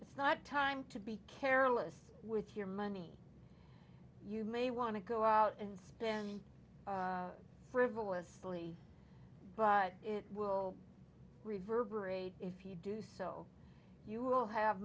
it's not time to be careless with your money you may want to go out and spend frivolously but it will reverberate if you do so you will have